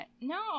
No